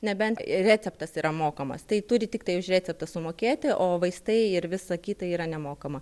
nebent receptas yra mokamas tai turi tiktai už receptą sumokėti o vaistai ir visa kita yra nemokama